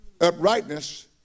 Uprightness